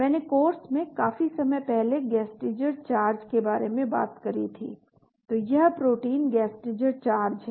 मैंने कोर्स में काफी समय पहले गेस्टीजर चार्ज बारे में बात करी थी तो यह प्रोटीन गेस्टीजर चार्ज है